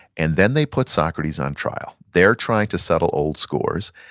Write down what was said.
and then they put socrates on trial. they're trying to settle old scores,